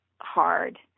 hard